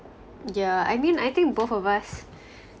yeah I mean I think both of us